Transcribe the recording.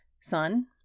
sun